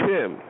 Tim